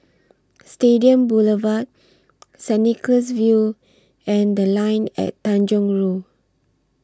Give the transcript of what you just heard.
Stadium Boulevard Saint Nicholas View and The Line At Tanjong Rhu